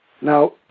Now